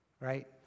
Right